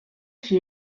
qui